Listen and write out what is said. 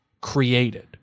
created